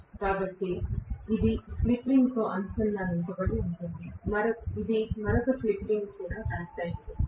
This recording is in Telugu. కాబట్టి ఇది స్లిప్ రింగ్కు అనుసంధానించబడి ఉంది ఇది మరొక స్లిప్ రింగ్కు కూడా కనెక్ట్ చేయబడింది